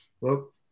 look